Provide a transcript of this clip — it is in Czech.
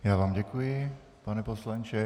Já vám děkuji, pane poslanče.